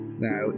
Now